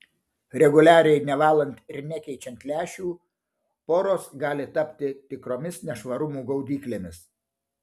reguliariai nevalant ir nekeičiant lęšių poros gali tapti tikromis nešvarumų gaudyklėmis